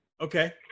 Okay